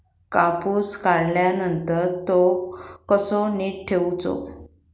कापूस काढल्यानंतर तो कसो नीट ठेवूचो?